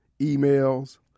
emails